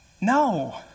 No